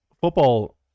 football